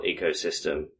ecosystem